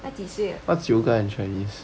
她几岁了